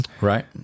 Right